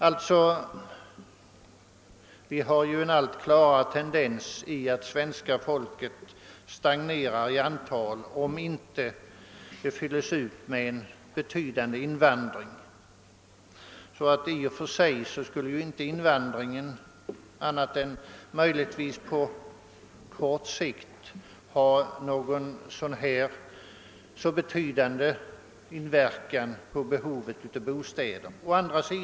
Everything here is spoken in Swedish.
Det finns ju en allt klarare tendens att befolkningen stagnerar i antal om den inte fylls ut med en betydande invandring. I och för sig skulle alltså inte invand ringen — annat än möjligtvis på kort sikt — ha någon så betydande inverkan på behovet av bostäder.